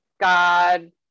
God